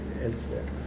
elsewhere